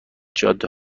جاده